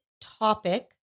topic